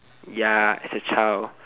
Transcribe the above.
ya as a child